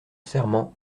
serment